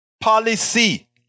policy